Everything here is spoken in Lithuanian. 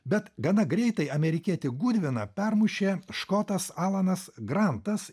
bet gana greitai amerikietį gudviną permušė škotas alanas grantas